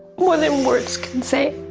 more then words can say.